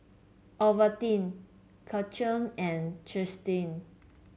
Ovaltine Karcher and Chesdale